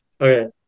Okay